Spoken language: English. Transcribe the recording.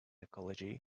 ecology